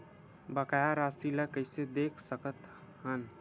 बकाया राशि ला कइसे देख सकत हान?